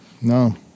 No